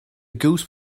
goose